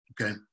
Okay